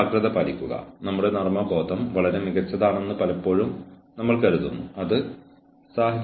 ഒരു വശത്ത് ചെറിയ തെറ്റായ പെരുമാറ്റം അവഗണിക്കപ്പെടില്ലെന്ന് ജീവനക്കാരനെ അറിയിക്കുക